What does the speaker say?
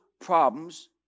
problems